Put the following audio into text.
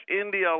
India